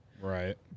Right